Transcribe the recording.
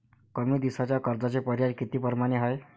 कमी दिसाच्या कर्जाचे पर्याय किती परमाने हाय?